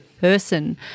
person